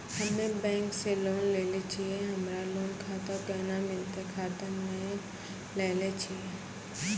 हम्मे बैंक से लोन लेली छियै हमरा लोन खाता कैना मिलतै खाता नैय लैलै छियै?